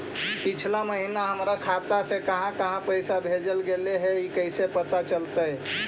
पिछला महिना हमर खाता से काहां काहां पैसा भेजल गेले हे इ कैसे पता चलतै?